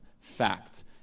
fact